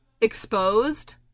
exposed